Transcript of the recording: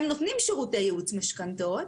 והם נותנים שירותי ייעוץ משכנתאות,